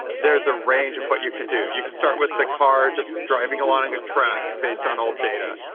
there is a range of what you can do. you can start with the car just driving along in a track based on old data.